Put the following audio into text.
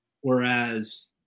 Whereas